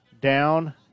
down